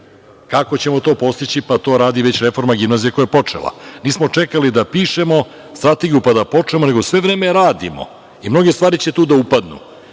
Kako ćemo to postići? Pa, to radi već reforma gimnazije, koja je počela. Nismo čekali da pišemo strategiju, pa da počnemo, nego sve vreme radimo i mnoge stvari će tu da upadnu.